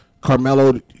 Carmelo